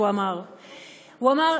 הוא אמר,